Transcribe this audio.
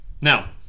Now